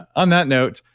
on that note,